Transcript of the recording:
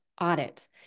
audit